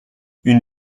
une